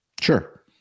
Sure